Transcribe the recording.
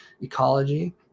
ecology